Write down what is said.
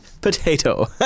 potato